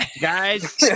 Guys